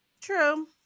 True